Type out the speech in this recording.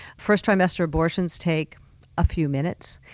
first-trimester abortions take a few minutes,